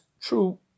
true